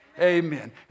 Amen